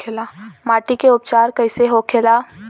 माटी के उपचार कैसे होखे ला?